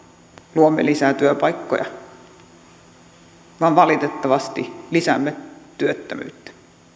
luomme lisää työpaikkoja vaan että valitettavasti lisäämme työttömyyttä